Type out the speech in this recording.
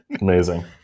Amazing